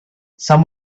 some